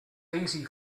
easy